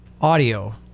audio